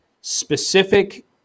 specific